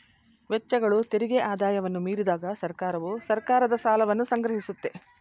ವೆಚ್ಚಗಳು ತೆರಿಗೆ ಆದಾಯವನ್ನ ಮೀರಿದಾಗ ಸರ್ಕಾರವು ಸರ್ಕಾರದ ಸಾಲವನ್ನ ಸಂಗ್ರಹಿಸುತ್ತೆ